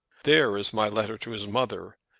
there is my letter to his mother,